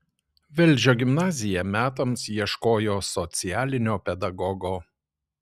velžio gimnazija metams ieškojo socialinio pedagogo